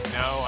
no